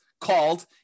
called